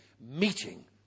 meeting